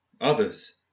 Others